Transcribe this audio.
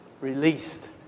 Released